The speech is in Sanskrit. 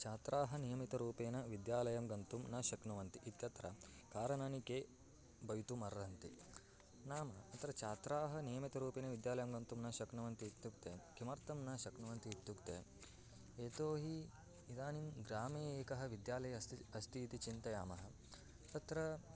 छात्राः नियमितरूपेण विद्यालयं गन्तुं न शक्नुवन्ति इत्यत्र कारणानि के भवितुम् अर्हन्ति नाम तत्र छात्राः नियमितरूपेण विद्यलयं गन्तुं न शक्नुवन्ति इत्युक्ते किमर्थं न शक्नुवन्ति इत्युक्ते यतो हि इदानीं ग्रामे एकः विद्यालयः अस्ति अस्तीति चिन्तयामः तत्र